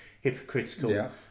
hypocritical